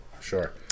sure